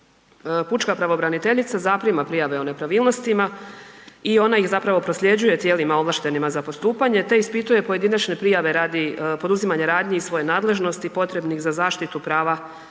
Pučka pravobraniteljica zaprima prijave o nepravilnostima i ona ih prosljeđuje tijelima ovlaštenim za postupanje te ispituje pojedinačne prijave radi poduzimanja radnji iz svoje nadležnosti potrebnih za zaštitu prava